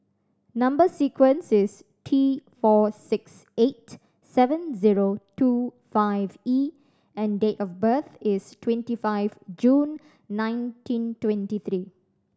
number sequence is T four six eight seven zero two five E and date of birth is twenty five June nineteen twenty three